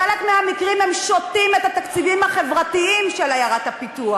בחלק מהמקרים הם שותים את התקציבים החברתיים של עיירת הפיתוח,